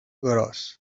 gros